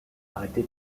arrêter